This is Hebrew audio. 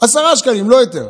עשרה שקלים, לא יותר.